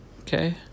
Okay